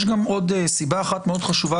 יש עוד סיבה אחת מאוד חשובה,